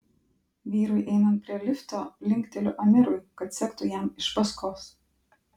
vyrui einant prie lifto linkteliu amirui kad sektų jam iš paskos